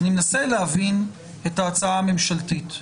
אני מנסה להבין את ההצעה הממשלתית.